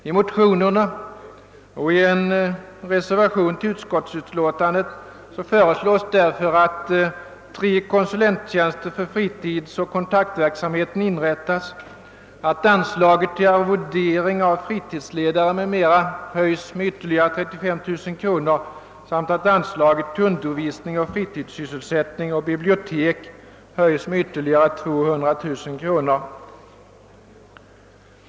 I motionerna och i en reservation till utskottsutlåtandet föreslås därför att tre konsulenttjänster för fritidsoch kontaktverksamheten inrättas, att anslaget till arvodering av fritidsledare m.m. höjs med ytterligare 35 000 kronor samt att anslaget till undervisning och = fritidssysselsättning samt bibliotek vid fångvårdsanstalterna höjs med ytterligare 200 000 kronor.